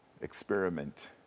experiment